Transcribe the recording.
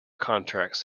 contracts